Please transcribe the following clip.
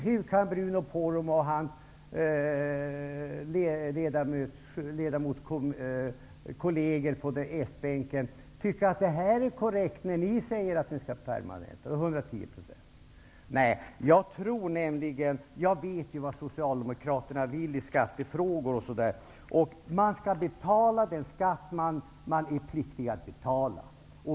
Hur kan Bruno Poromaa och hans kolleger på s-bänken tycka att det är korrekt när Socialdemokraterna säger att nivån skall permanentas på 110 %? Jag vet vad Socialdemokraterna vill i skattefrågor. Man skall betala den skatt man är pliktig att betala.